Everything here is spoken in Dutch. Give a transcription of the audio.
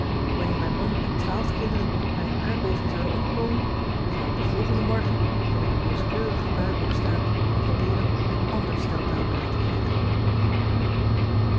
anneer mijn man en twaalf kinderen bij een aardbeving zouden omkomen zou ik den volgenden morgen weer in een rooskleurige bui opstaan en probeeren een ander stel bij elkaar te krijgen